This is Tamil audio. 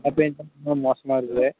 மழை பேய்ஞ்சா இன்னும் மோசமாக இருக்குது